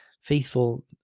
faithful